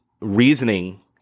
reasoning